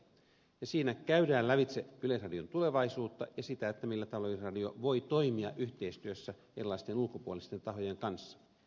siinä käydään lävitse yleisradion tulevaisuutta ja sitä millä tavalla yleisradio voi toimia yhteistyössä erilaisten ulkopuolisten tahojen kanssa